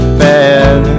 bad